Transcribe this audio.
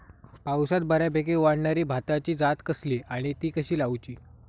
पावसात बऱ्याप्रकारे वाढणारी भाताची जात कसली आणि ती कशी लाऊची?